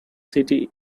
city